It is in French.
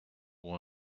pour